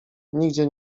nigdzie